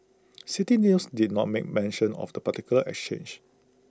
City News did not make mention of the particular exchange